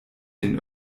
den